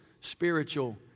spiritual